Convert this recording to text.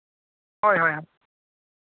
ᱦᱳᱭ ᱦᱳᱭ